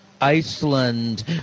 Iceland